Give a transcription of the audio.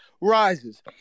rises